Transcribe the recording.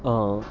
ആ